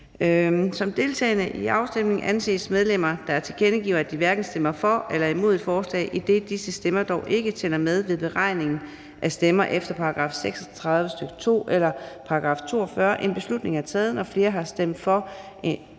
Som deltagende i afstemningen anses medlemmer, der tilkendegiver, at de hverken stemmer for eller imod et forslag, idet disse stemmer dog ikke tæller med ved beregningen af stemmer efter § 36, stk. 2, eller § 42. En beslutning er taget, når flere har stemt for end imod